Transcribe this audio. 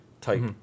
type